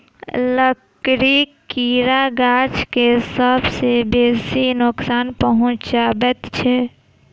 लकड़ीक कीड़ा गाछ के सभ सॅ बेसी क नोकसान पहुचाबैत छै